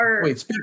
Wait